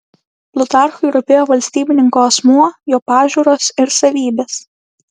plutarchui rūpėjo valstybininko asmuo jo pažiūros ir savybės